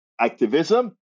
activism